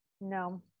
No